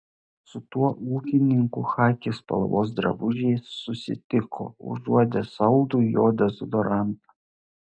su tuo ūkininku chaki spalvos drabužiais susitiko užuodė saldų jo dezodorantą